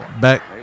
back